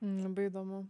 labai įdomu